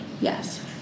Yes